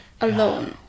Alone